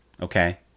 Okay